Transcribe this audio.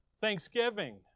Thanksgiving